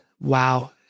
wow